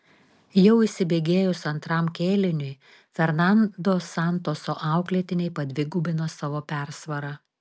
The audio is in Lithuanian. jau įsibėgėjus antram kėliniui fernando santoso auklėtiniai padvigubino savo persvarą